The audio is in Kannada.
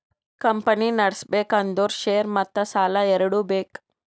ಕಂಪನಿ ನಡುಸ್ಬೆಕ್ ಅಂದುರ್ ಶೇರ್ ಮತ್ತ ಸಾಲಾ ಎರಡು ಬೇಕ್